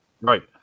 Right